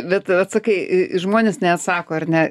bet vat sakai žmonės neatsako ar ne